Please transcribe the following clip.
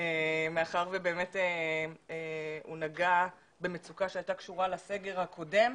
מאחר ובאמת הוא נגע במצוקה שהייתה קשורה לסגר הקודם,